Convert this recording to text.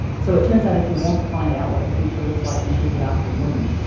so it turns out if you want to find out what the future looks like, you should be asking women.